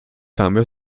tamy